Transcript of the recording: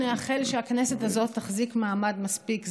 נאחל שהכנסת הזאת תחזיק מעמד מספיק זמן.